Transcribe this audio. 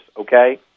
okay